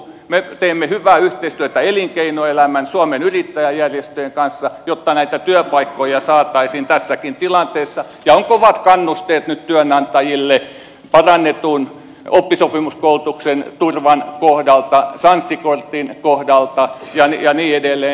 me teemme hyvää yhteistyötä elinkeinoelämän suomen yrittäjäjärjestöjen kanssa jotta näitä työpaikkoja saataisiin tässäkin tilanteessa ja on kovat kannusteet nyt työnantajille parannetun oppisopimuskoulutuksen turvan kohdalta sanssi kortin kohdalta ja niin edelleen